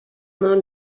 known